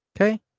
okay